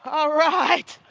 all right.